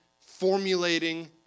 formulating